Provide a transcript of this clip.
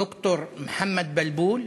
ד"ר מוחמד אלבלבול,